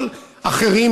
אבל אחרים,